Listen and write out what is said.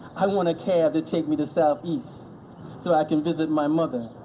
i want a cab to take me to southeast so i can visit my mother.